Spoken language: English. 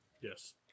Yes